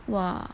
!wah!